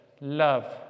love